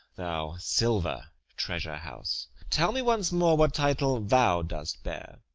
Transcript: thou silver treasure-house tell me once more what title thou dost bear